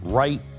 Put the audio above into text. right